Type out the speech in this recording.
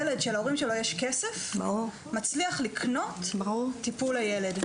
ילד שלהורים שלו יש כסף, מצליח לקנות טיפול לילד.